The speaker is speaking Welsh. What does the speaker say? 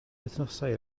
wythnosau